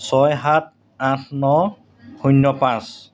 ছয় সাত আঠ ন শূন্য পাঁচ